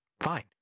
fine